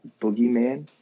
boogeyman